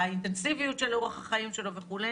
האינטנסיביות של אורח החיים שלו וכו'.